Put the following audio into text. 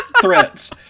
threats